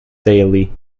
daily